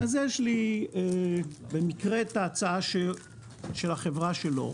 כן, אז יש לי במקרה את ההצעה של החברה שלו.